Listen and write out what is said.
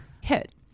hit